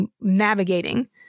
navigating